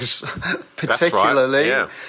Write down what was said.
particularly